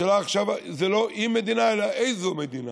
השאלה עכשיו זה לא אם מדינה אלא איזו מדינה: